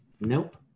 Nope